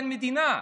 אין מדינה,